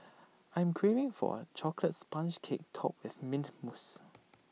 I'm craving for A Chocolate Sponge Cake Topped with Mint Mousse